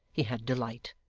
he had delight.